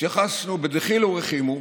התייחסנו בדחילו ורחימו,